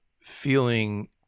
feeling